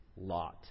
Lot